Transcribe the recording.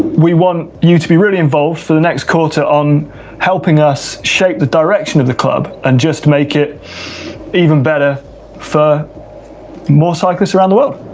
we want you to be really involved for the next quarter on helping us shape the direction of the club and just make it even better for more cyclists around the world.